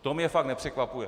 To mě fakt nepřekvapuje.